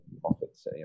Profits